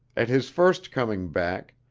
at his first coming back,